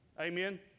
amen